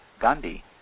Gandhi